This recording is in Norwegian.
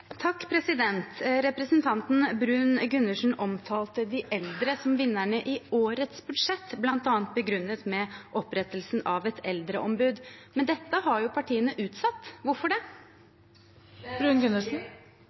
Representanten Bruun-Gundersen omtalte de eldre som vinnerne i årets budsjett, bl.a. begrunnet i opprettelsen av et eldreombud. Men dette har partiene utsatt. Hvorfor det?